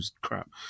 crap